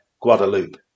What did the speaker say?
Guadeloupe